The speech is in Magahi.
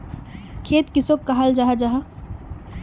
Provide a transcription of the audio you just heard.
खेत किसोक कहाल जाहा जाहा?